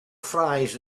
fries